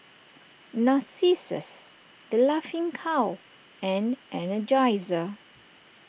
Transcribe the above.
Narcissus the Laughing Cow and Energizer